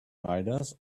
riders